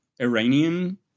Iranian